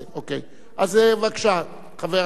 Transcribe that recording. בבקשה, חבר הכנסת נפאע.